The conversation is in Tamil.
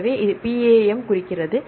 எனவே இது P A M குறிக்கிறது